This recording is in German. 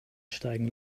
steigen